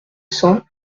cent